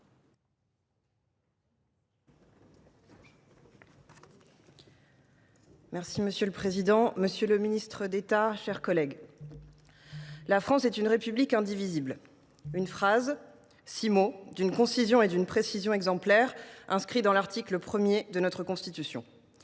Monsieur le président, monsieur le garde des sceaux, mes chers collègues, « la France est une République indivisible ». Une phrase, six mots d’une concision et d’une précision exemplaires, inscrits à l’article 1 de notre Constitution.